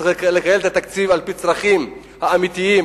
צריך לכייל את התקציב על-פי הצרכים האמיתיים.